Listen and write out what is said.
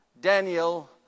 Daniel